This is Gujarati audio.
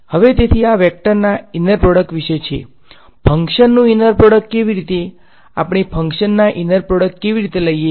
હવે તેથી આ વેક્ટરના ઈનર પ્રોડક્ટ વિશે છે ફંકશન્સ નુ ઈનર પ્રોડક્ટ કેવી રીતે આપણે ફંકશન્સના ઈનર પ્રોડક્ટ કેવી રીતે લઈએ